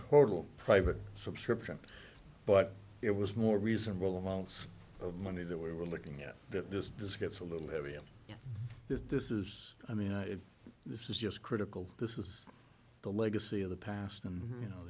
total private subscription but it was more reasonable amounts of money that we were looking at that this just gets a little heavy on this this is i mean this is just critical this is the legacy of the past and you know